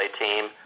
team